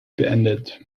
beendet